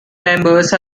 members